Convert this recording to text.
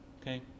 Okay